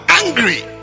angry